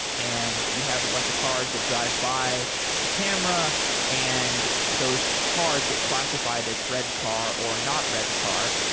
and you have a bunch of cars that drive by the camera and those cars get classified as red car or not red car,